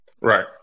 Right